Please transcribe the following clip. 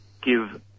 give